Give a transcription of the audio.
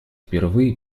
впервые